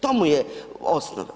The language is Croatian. To mu je osnov.